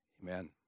Amen